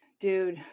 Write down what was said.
dude